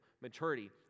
maturity